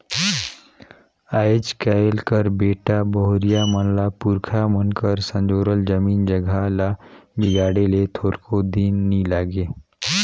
आएज काएल कर बेटा बहुरिया मन ल पुरखा मन कर संजोरल जमीन जगहा ल बिगाड़े ले थोरको दिन नी लागे